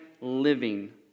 living